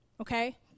Okay